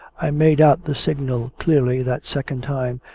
i made out the signal clearly, that second time,